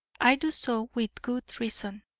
i do so with good reason,